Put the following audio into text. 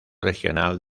regional